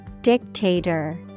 Dictator